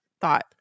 thought